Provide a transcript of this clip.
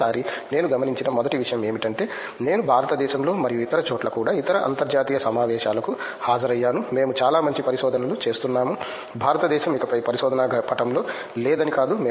ఈసారి నేను గమనించిన మొదటి విషయం ఏమిటంటే నేను భారతదేశంలో మరియు ఇతర చోట్ల కూడా ఇతర అంతర్జాతీయ సమావేశాలకు హాజరయ్యాను మేము చాలా మంచి పరిశోధనలు చేస్తున్నాము భారతదేశం ఇకపై పరిశోధనా పటంలో లేదని కాదు